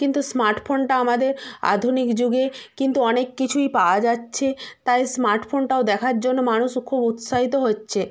কিন্তু স্মার্ট ফোনটা আমাদের আধুনিক যুগে কিন্তু অনেক কিছুই পাওয়া যাচ্ছে তাই স্মার্ট ফোনটাও দেখার জন্য মানুষ খুব উৎসাহিত হচ্ছে